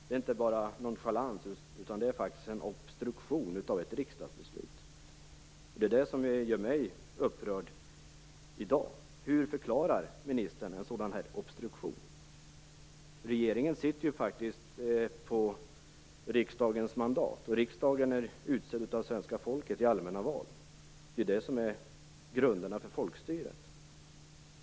Det är inte bara nonchalans, utan det är faktiskt obstruktion av ett riksdagsbeslut. Det är det som gör mig upprörd i dag. Regeringen sitter faktiskt på riksdagens mandat, och riksdagen är utsedd av svenska folket i allmänna val. Det är ju det som är grunderna för folkstyret.